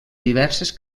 diverses